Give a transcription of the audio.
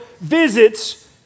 visits